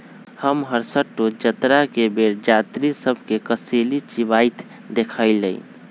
हम हरसठ्ठो जतरा के बेर जात्रि सभ के कसेली चिबाइत देखइलइ